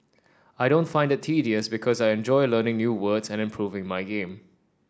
I don't find it tedious because I enjoy learning new words and improving my game